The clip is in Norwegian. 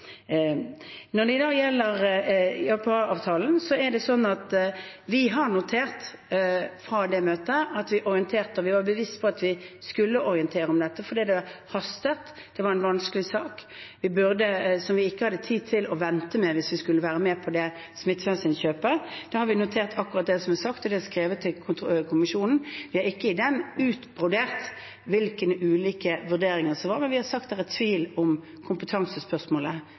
Når det da gjelder JPA-avtalen, har vi notert fra det møtet at vi orienterte – og vi var bevisst på at vi skulle orientere – om dette, fordi det hastet, det var en vanskelig sak som vi ikke hadde tid til å vente med hvis vi skulle være med på det smittevernsinnkjøpet. Da har vi notert akkurat det som er sagt, eller skrevet, til kommisjonen. Vi har ikke der utbrodert hvilke ulike vurderinger som var, men vi har overfor de parlamentariske lederne i koronautvalget sagt at det er tvil om kompetansespørsmålet.